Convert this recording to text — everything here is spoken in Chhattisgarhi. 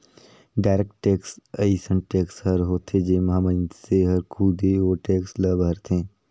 डायरेक्ट टेक्स अइसन टेक्स हर होथे जेम्हां मइनसे हर खुदे ओ टेक्स ल भरथे